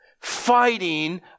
fighting